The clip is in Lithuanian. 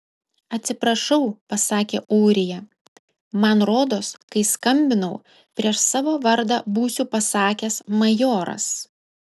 atsiprašau pasakė ūrija man rodos kai skambinau prieš savo vardą būsiu pasakęs majoras